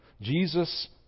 Jesus